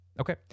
Okay